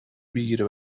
بگیره